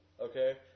Okay